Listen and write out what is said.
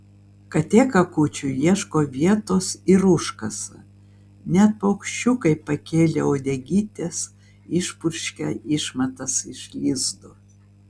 katė kakučiui ieško vietos ir užkasa net paukščiukai pakėlę uodegytes išpurškia išmatas iš lizdo